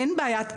אין בעיית קשב,